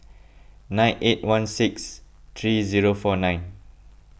nine eight one six three zero four nine